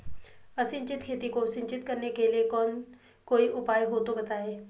असिंचित खेती को सिंचित करने के लिए कोई उपाय हो तो बताएं?